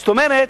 זאת אומרת,